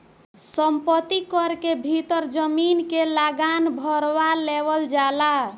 संपत्ति कर के भीतर जमीन के लागान भारवा लेवल जाला